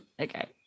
Okay